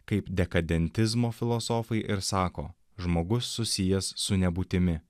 kaip dekadentizmo filosofai ir sako žmogus susijęs su nebūtimi